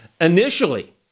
Initially